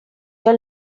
your